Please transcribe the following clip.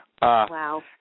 Wow